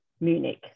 Munich